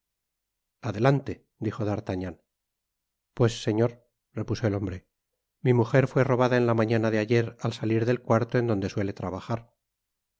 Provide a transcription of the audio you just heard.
adelante dijo d'artagnan pues señor repuso el hombre mi mujer fué robada en la mañana de ayer al salir del cuarto en donde suele trabajar